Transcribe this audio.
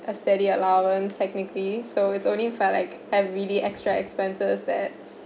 a steady allowance technically so it's only felt like have really extra expenses that